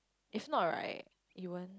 if not right he won't